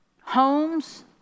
homes